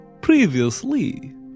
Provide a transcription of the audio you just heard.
Previously